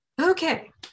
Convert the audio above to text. Okay